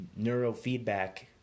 neurofeedback